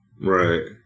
Right